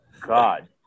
God